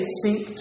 seek